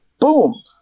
boom